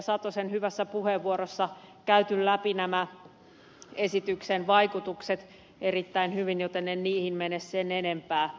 satosen hyvässä puheenvuorossa käyty läpi nämä esityksen vaikutukset erittäin hyvin joten en niihin mene sen enempää